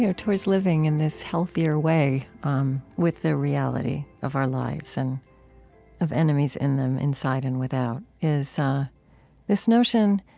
you know towards living in this healthier way um with the reality of our lives and of enemies in them inside and without, is this notion,